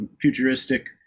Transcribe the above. futuristic